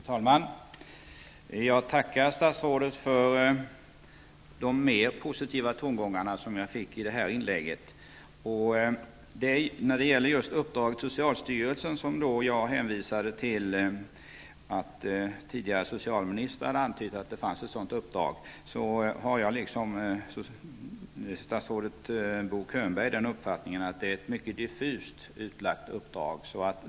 Fru talman! Jag tackar statsrådet för de mer positiva tongångarna som jag fick i detta inlägg. När det gäller just uppdraget till socialstyrelsen och att jag hänvisade till att tidigare socialministrar antytt att det fanns ett sådant, har jag liksom statsrådet Bo Könberg den uppfattningen att det är ett mycket diffust utlagt uppdrag.